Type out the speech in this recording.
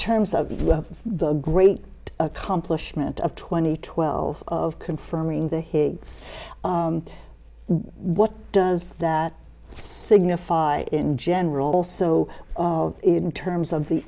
terms of the great accomplishment of twenty twelve of confirming the higgs what does that signify in general also of in terms of the